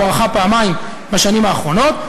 הוארכה פעמיים בשנים האחרונות,